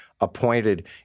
appointed